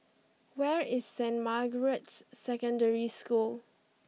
where is Saint Margaret's Secondary School